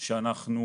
שאנחנו